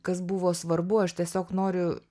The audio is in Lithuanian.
kas buvo svarbu aš tiesiog noriu